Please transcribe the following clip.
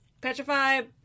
petrified